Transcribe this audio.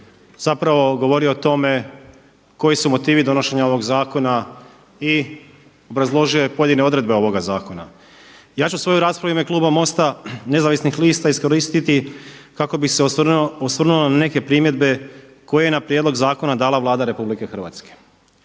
zapravo govorio o tome koji su motivi donošenja ovog zakona i obrazložio je pojedine odredbe ovoga zakona. Ja ću svoju raspravu u ime kluba MOST-a nezavisnih lista iskoristiti kako bih se osvrnuo na neke primjedbe koje je na prijedlog zakona dala Vlada RH. Prije svega,